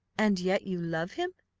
and yet you love him?